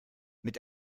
mit